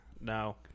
No